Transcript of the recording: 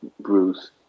Bruce